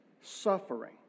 suffering